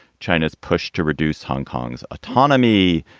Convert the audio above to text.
china's push to reduce hong kong's autonomy,